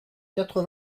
quatre